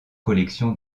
collection